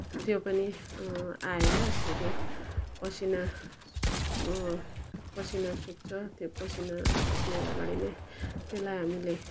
त्यो पनि आएर फेरि पसिना पसिना सुक्छ त्यो पसिना सुक्नु अगाडि नै त्यसलाई हामीले